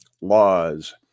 Laws